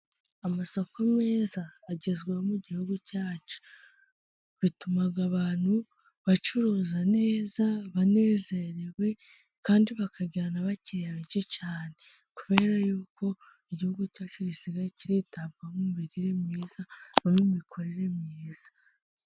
Amasoko meza agezweho mu gihugu cyacu ,bituma abantu bacuruza neza banezerewe kandi bakajyana bakiri bake cyane kubera yuko uko igihugu cyacu gisigaye kiritabwaho ,mu mirire myiza no mu mikorere myiza.